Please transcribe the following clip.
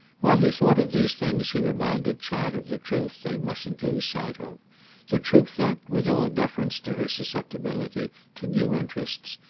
while he thought of these things he reminded chad of the truth they mustn't lose sight of the truth that, with all deference to her susceptibility to new interests,